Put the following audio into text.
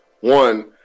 one